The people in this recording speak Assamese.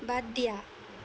বাদ দিয়া